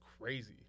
crazy